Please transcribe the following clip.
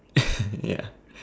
yeah